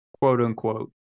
quote-unquote